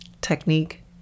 Technique